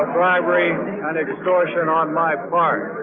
ah bribery and extortion on my part.